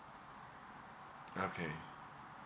okay